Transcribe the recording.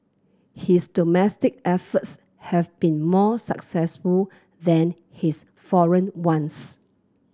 his domestic efforts have been more successful than his foreign ones